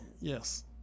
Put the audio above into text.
yes